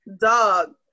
Dog